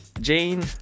Jane